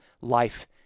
life